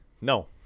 No